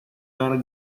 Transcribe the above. non